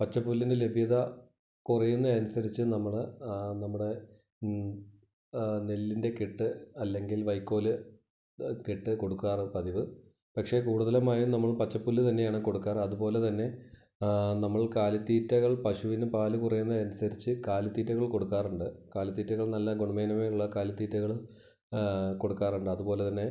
പച്ചപ്പുല്ലിന് ലഭ്യത കുറയുന്ന അനുസരിച്ച് നമ്മൾ നമ്മുടെ നെല്ലിൻ്റെ കെട്ട് അല്ലെങ്കിൽ വൈക്കോൽ കെട്ട് കൊടുക്കാറ് പതിവ് പക്ഷെ കൂടുതലുമായും നമ്മൾ പച്ചപ്പുല്ല് തന്നെയാണ് കൊടുക്കാറ് അതുപോലെ തന്നെ നമ്മൾ കാലിത്തീറ്റകൾ പശുവിന് പാല് കുറയുന്നതിനനുസരിച്ച് കാലിത്തീറ്റകൾ കൊടുക്കാറുണ്ട് കാലിത്തീറ്റകൾ നല്ല ഗുണമേന്മയുള്ള കാലിത്തീറ്റകൾ കൊടുക്കാറുണ്ട് അതുപോലെ തന്നെ